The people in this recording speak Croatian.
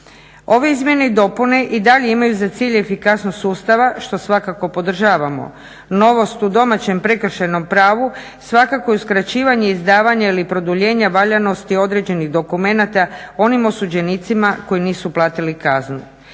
Ove izmjene i dopune i dalje imaju za cilj efikasnost sustava što svakako podržavamo. Novost u domaćem prekršajnom pravu svakako je uskraćivanje izdavanja ili produljenja valjanosti određenih dokumenata onim osuđenicima koji nisu platili kaznu.